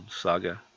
saga